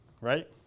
right